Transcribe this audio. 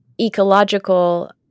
ecological